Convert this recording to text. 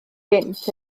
gynt